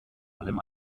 allem